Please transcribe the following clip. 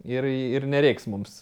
ir ir nereiks mums